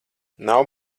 nav